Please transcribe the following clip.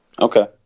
Okay